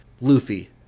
Luffy